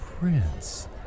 Prince